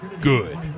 good